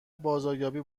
بازاریابی